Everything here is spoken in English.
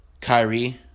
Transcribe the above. Kyrie